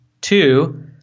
Two